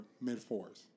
mid-fours